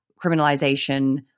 criminalization